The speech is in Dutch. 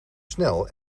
snel